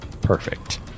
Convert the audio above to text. Perfect